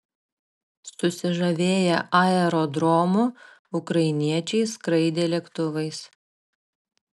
susižavėję aerodromu ukrainiečiai skraidė lėktuvais